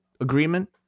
agreement